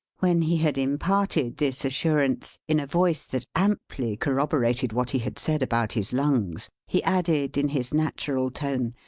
when he had imparted this assurance, in a voice that amply corroborated what he had said about his lungs, he added in his natural tone,